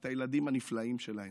את הילדים הנפלאים שלהן,